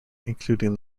including